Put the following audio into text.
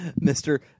Mr